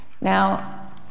Now